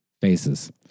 Faces